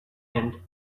and